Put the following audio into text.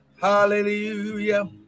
Hallelujah